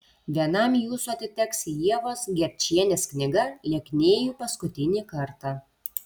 vienam jūsų atiteks ievos gerčienės knyga lieknėju paskutinį kartą